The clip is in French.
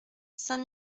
saint